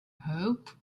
hope